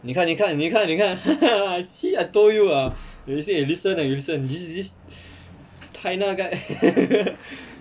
你看你看你看你看 see I told you ah you listen you listen you listen this this this china guy